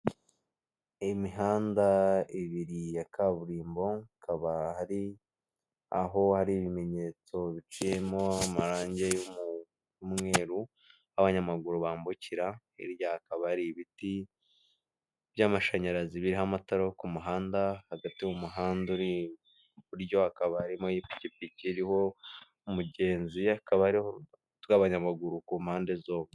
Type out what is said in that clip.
Imihanda ibiri ya kaburimbo, hakaba hari aho hari ibimenyetso biciyemo amarangi y'umweru aho abanyamaguru bambukira, hirya hakaba ari ibiti by'amashanyarazi biho amatara yo k'umuhanda, hagati y'umuhanda uri iburyo hakaba arimo ipikipiki iriho umugenzi, hakaba hariho tw'abanyamaguru ku mpande zombi.